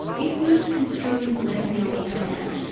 is loose-construing letting it all hang out?